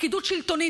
ופקידות שלטונית,